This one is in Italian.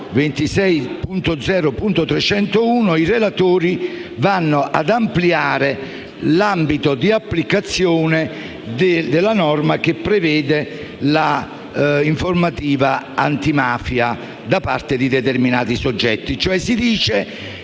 26.0.301 i relatori vanno ad ampliare l'ambito di applicazione della norma che prevede l'informativa antimafia da parte di determinati soggetti.